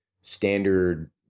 standard